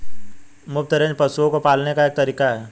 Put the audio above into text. मुफ्त रेंज पशुओं को पालने का एक तरीका है